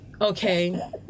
okay